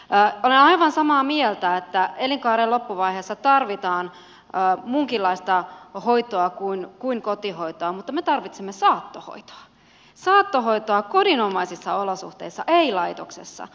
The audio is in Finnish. olen aivan samaa mieltä että elinkaaren loppuvaiheessa tarvitaan muunkinlaista hoitoa kuin kotihoitoa mutta me tarvitsemme saattohoitoa kodinomaisissa olosuhteissa ei laitoksessa